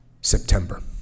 September